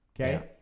Okay